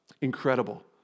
incredible